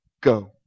go